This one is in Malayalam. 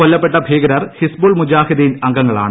കൊല്ലപ്പെട്ട ഭീകരർ ഹിസ്ബുൾ മുജാഹിദീൻ അംഗങ്ങളാണ്